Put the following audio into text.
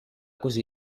così